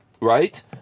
right